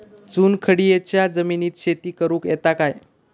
चुनखडीयेच्या जमिनीत शेती करुक येता काय?